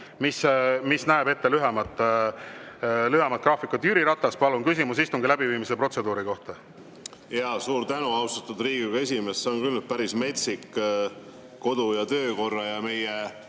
mis näeb ette lühemat graafikut. Jüri Ratas, palun, küsimus istungi läbiviimise protseduuri kohta! Suur tänu, austatud Riigikogu esimees! See on küll päris metsik kodu‑ ja töökorra ja meie